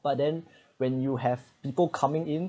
but then when you have people coming in